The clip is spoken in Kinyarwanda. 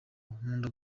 nkunda